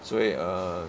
所以 err